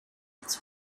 its